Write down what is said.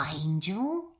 Angel